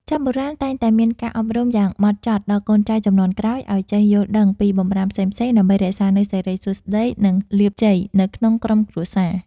ចាស់បុរាណតែងតែមានការអប់រំយ៉ាងហ្មត់ចត់ដល់កូនចៅជំនាន់ក្រោយឱ្យចេះយល់ដឹងពីបម្រាមផ្សេងៗដើម្បីរក្សានូវសិរីសួស្តីនិងលាភជ័យនៅក្នុងក្រុមគ្រួសារ។